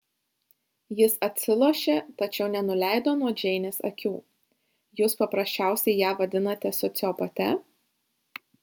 jis atsilošė tačiau nenuleido nuo džeinės akių jūs paprasčiausiai ją vadinate sociopate